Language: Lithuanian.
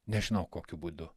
nežinau kokiu būdu